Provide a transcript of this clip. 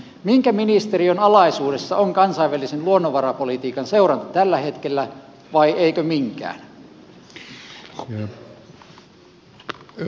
minkä ministeriön alaisuudessa on kansainvälisen luonnonvarapolitiikan seuranta tällä hetkellä vai eikö minkään